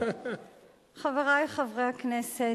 חברי חברי הכנסת,